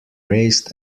raised